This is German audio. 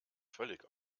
völlig